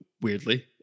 weirdly